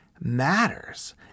matters